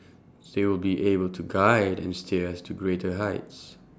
they will be able to guide and steer us to greater heights